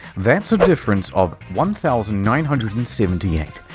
that's a difference of one thousand nine hundred and seventy eight.